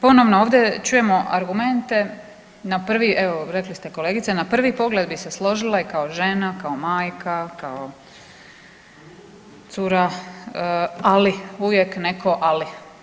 Ponovno ovdje čujemo argumente na prvi evo rekli ste kolegice, na prvi pogled bi se složila i kao žena i kao majka, kao cura ali uvijek neko ali.